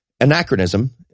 anachronism